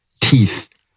teeth